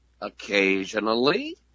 Occasionally